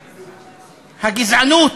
הגזענות,